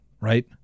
right